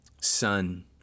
son